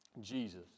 Jesus